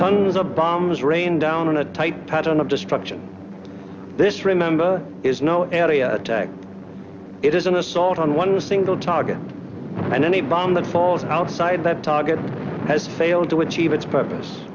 tons of bombs rain down on a tight pattern of destruction this remember is no area it is an assault on one single target and any bomb that falls outside that target has failed to achieve its purpose